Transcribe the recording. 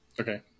Okay